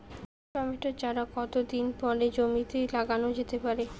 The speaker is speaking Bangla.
টমেটো চারা কতো দিন পরে জমিতে লাগানো যেতে পারে?